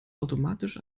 automatisch